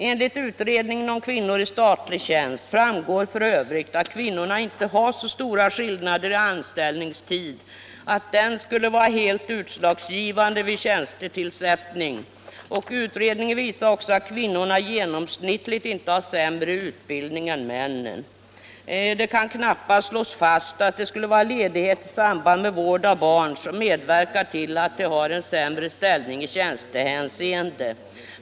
Av utredningen om kvinnor i statlig tjänst framgår också att det inte föreligger så stora skillnader i anställningstid mellan kvinnor och män att de skulle vara helt utslagsgivande vid tjänstetillsättning. Utredningen visar även att kvinnorna genomsnittligt inte har sämre utbildning än männen. Det kan knappast heller slås fast att det skulle vara ledighet i samband med vården av barn som medverkat till att kvinnorna har en sämre ställning I tjänstehänseende.